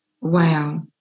Wow